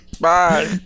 Bye